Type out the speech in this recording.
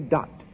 Dot